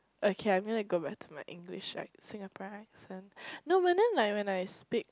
okay I'm going to go back to my English like Singaporean accent no but then like when I speak